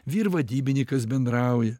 vyr vadybinikas bendrauja